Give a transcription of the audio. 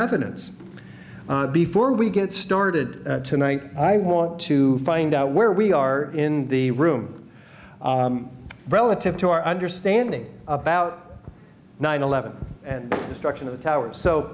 evidence before we get started tonight i want to find out where we are in the room relative to our understanding about nine eleven and destruction of the towers so